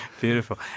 beautiful